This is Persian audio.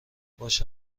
باشه